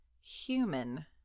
human